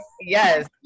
yes